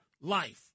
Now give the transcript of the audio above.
life